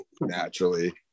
Naturally